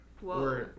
Whoa